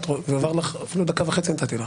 נתתי לך דקה וחצי.